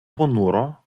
понуро